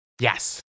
Yes